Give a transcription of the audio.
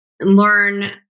learn